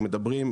אם מדברים,